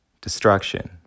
destruction